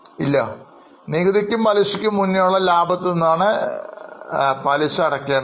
ഇല്ല നികുതിക്കും പലിശയ്ക്കും മുന്നേയുള്ള ലാഭത്തിൽ നിന്നാണ് പലിശ അടക്കേണ്ടത്